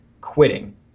quitting